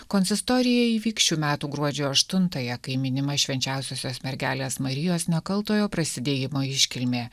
konsistorija įvyks šių metų gruodžio aštuntąją kai minima švenčiausiosios mergelės marijos nekaltojo prasidėjimo iškilmė